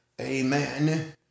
amen